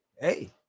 Hey